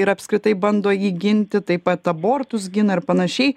ir apskritai bando jį ginti taip pat abortus gina ir panašiai